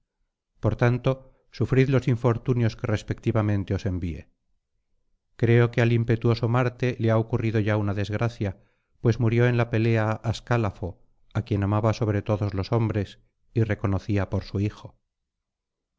por tanto sufrid los infortunios que respectivamente os envíe creo que al impetuoso marte le ha ocurrido ya una desgracia pues murió en la pelea ascálafo á quien amaba sobre todos los hombres y reconocía por su hijo